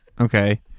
Okay